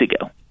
ago